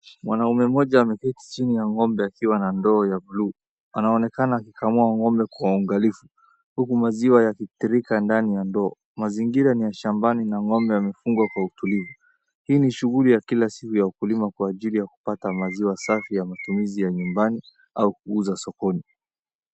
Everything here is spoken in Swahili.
Mwanaume mmoja ameketi chini ya ngombe akiwa na ndoo ya bluu. Anaonekana akikamua ngombe kwa uangalifu huku maziwa yakitirika ndani ya ndoo. Mazingira ni ya shambani na ngombe amefungwa kwa utulivu. Hii ni shughuli ya kila siku ya ukulima kwa ajili ya kupata maziwa safi ya matumizi ya nyumbani, au kuuza sokoni.